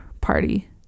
party